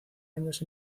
años